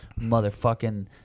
motherfucking